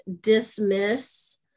dismiss